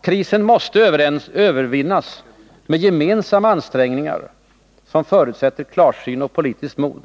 Krisen måste övervinnas med gemensamma ansträngningar som förutsätter klarsyn och politiskt mod.